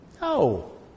No